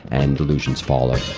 and delusions follow.